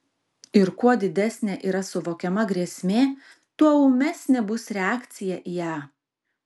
ir kuo didesnė yra suvokiama grėsmė tuo ūmesnė bus reakcija į ją